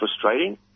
frustrating